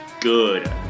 good